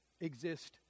exist